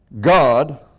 God